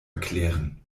erklären